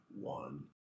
one